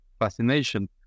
fascination